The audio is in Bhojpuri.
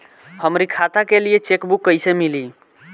हमरी खाता के लिए चेकबुक कईसे मिली?